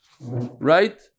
Right